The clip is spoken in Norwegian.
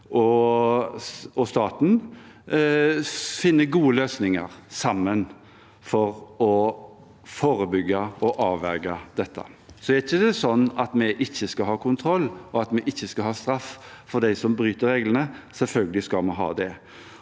at man finner gode løsninger sammen for å forebygge og avverge. Så er det ikke slik at vi ikke skal ha kontroll, og at vi ikke skal ha straff for dem som bryter reglene – selvfølgelig skal vi ha det.